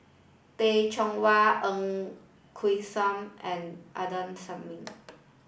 Teh Cheang Wan Ng Quee sam and Adnan